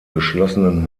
geschlossenen